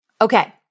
Okay